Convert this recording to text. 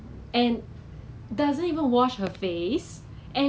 actually 有好有坏 because 有些人可以那些